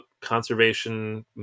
conservation